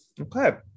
Okay